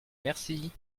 merci